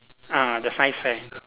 ah the science fair